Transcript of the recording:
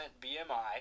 BMI